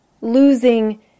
losing